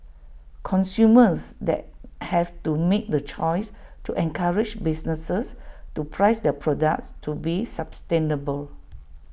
consumers then have to make the choice to encourage businesses to price their products to be sustainable